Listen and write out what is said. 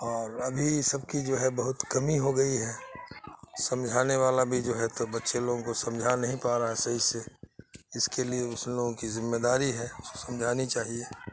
اور ابھی یہ سب کی جو ہے بہت کمی ہو گئی ہے سمجھانے والا بھی جو ہے تو بچے لوگوں کو سمجھا نہیں پا رہا ہے صحیح سے اس کے لیے ان لوگوں کی ذمہ داری ہے سمجھانی چاہیے